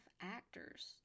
actors